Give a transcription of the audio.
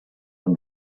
when